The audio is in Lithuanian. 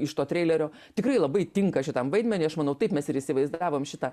iš to treilerio tikrai labai tinka šitam vaidmeniui aš manau taip mes ir įsivaizdavom šitą